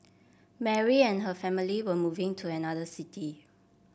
Mary and her family were moving to another city